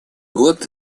год